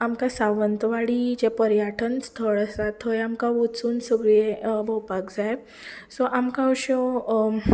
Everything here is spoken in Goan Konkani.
आमकां सावंतवाडी जें पर्याटन स्थळ आसा थंय आमकां वचून सगळें भोंवपाक जाय सो आमकां अश्यो